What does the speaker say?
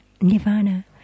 nirvana